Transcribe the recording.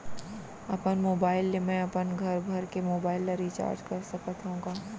अपन मोबाइल ले मैं अपन घरभर के मोबाइल ला रिचार्ज कर सकत हव का?